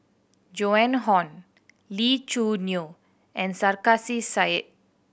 Joan Hon Lee Choo Neo and Sarkasi Said